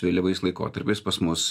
vėlyvais laikotarpiais pas mus